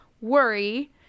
worry